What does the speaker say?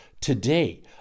Today